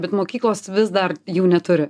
bet mokyklos vis dar jų neturi